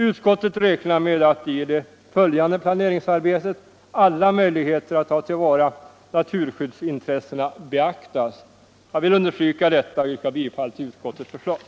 Utskottet räknar med att i det följande planeringsarbetet alla möjligheter att ta till vara naturskyddsintressena beaktas. Jag vill understryka detta och yrkar bifall till utskottets hemställan.